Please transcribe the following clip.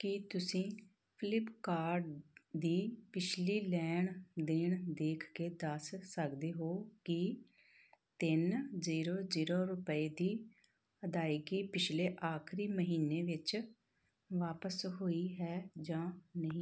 ਕੀ ਤੁਸੀਂਂ ਫਲਿੱਪਕਾਰਟ ਦੀ ਪਿਛਲੀ ਲੈਣ ਦੇਣ ਦੇਖ ਕੇ ਦੱਸ ਸਕਦੇ ਹੋ ਕਿ ਤਿੰਨ ਜ਼ੀਰੋ ਜ਼ੀਰੋ ਰੁਪਏ ਦੀ ਅਦਾਇਗੀ ਪਿਛਲੇ ਆਖਰੀ ਮਹੀਨੇ ਵਿੱਚ ਵਾਪਸ ਹੋਈ ਹੈ ਜਾਂ ਨਹੀਂ